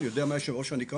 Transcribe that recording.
אני יודע מה יש בראש הנקרה